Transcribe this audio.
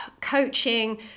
coaching